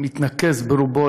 ברובו,